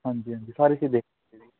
ਹਾਂਜੀ ਹਾਂਜੀ ਸਾਰੀ ਚੀਜ਼ ਦੇਖ ਹੁੰਦੀ ਜੀ